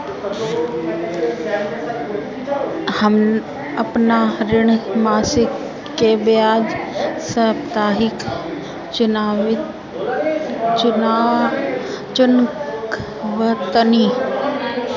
हम अपन ऋण मासिक के बजाय साप्ताहिक चुकावतानी